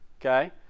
okay